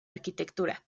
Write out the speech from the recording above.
arquitectura